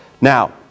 Now